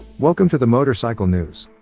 welcome to the motorcycle news!